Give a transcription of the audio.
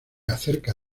acerca